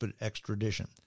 extradition